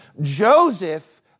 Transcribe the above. Joseph